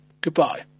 goodbye